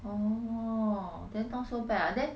oh then not so bad ah then